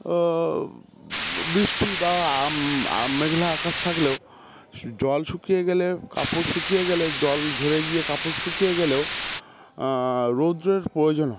বৃষ্টি বা মেঘলা আকাশ থাকলেও জল শুকিয়ে গেলে কাপড় শুকিয়ে গেলে জল ঝরে গিয়ে কাপড় শুকিয়ে গেলেও রোদ্রের প্রয়োজন